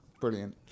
Brilliant